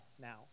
now